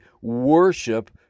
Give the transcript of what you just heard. worship